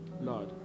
Lord